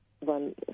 one